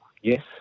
Yes